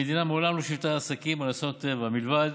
המדינה מעולם לא שיפתה עסקים על אסונות טבע מלבד